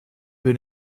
bin